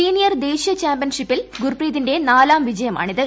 senior ദേശീയ ചാമ്പൂൻഷിപ്പിൽ ഗുർപ്രീതിന്റെ നാലാം വിജയമാണിത്